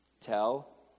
Tell